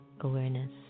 awareness